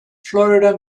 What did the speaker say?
florida